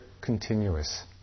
continuous